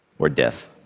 or death.